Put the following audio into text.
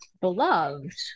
beloved